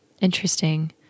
Interesting